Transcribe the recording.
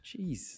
Jeez